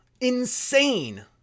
Insane